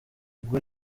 ubwo